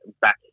back